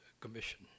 commission